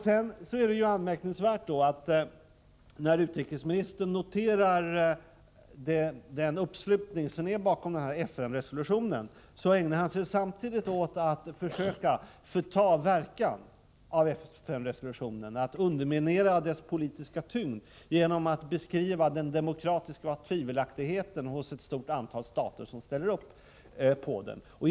Sedan är det anmärkningsvärt att när utrikesministern noterar den uppslutning som finns bakom denna FN-resolution, så ägnar han sig samtidigt åt att försöka förta verkan av FN-resolutionen, att underminera dess politiska tyngd, genom att beskriva den demokratiska tvivelaktigheten hos ett stort antal stater som ställer upp bakom resolutionen.